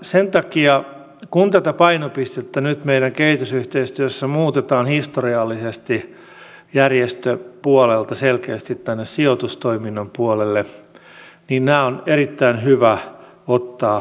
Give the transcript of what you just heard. sen takia kun tätä painopistettä nyt meidän kehitysyhteistyössä muutetaan historiallisesti järjestöpuolelta selkeästi tänne sijoitustoiminnan puolelle nämä on erittäin hyvä ottaa huomioon